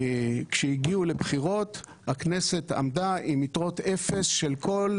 כשהגיעו לבחירות הכנסת עמדה עם יתרות אפס של כל